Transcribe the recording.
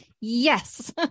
Yes